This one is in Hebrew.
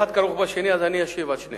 ואחד כרוך בשני, אז אני אשיב על שניהם.